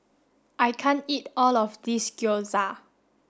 I can't eat all of this Gyoza